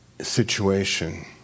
situation